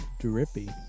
Drippy